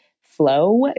flow